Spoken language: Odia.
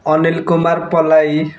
ଅନୀଲ୍ କୁମାର ପଲାଇ